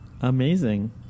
Amazing